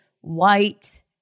white